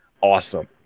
Awesome